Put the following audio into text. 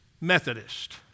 Methodist